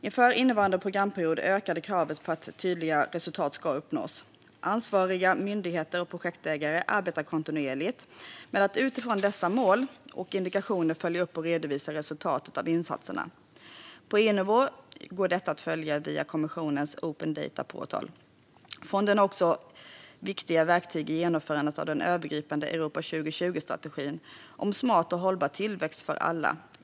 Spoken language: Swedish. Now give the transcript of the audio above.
Inför innevarande programperiod ökade kraven på att tydliga resultat ska uppnås. Ansvariga myndigheter och projektägare arbetar kontinuerligt med att utifrån dessa mål och indikatorer följa upp och redovisa resultaten av insatserna. På EU-nivå går detta att följa via kommissionens Open Data Portal. Fonderna är också viktiga verktyg i genomförandet av den övergripande Europa 2020-strategin om smart och hållbar tillväxt för alla.